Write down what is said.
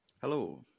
Hello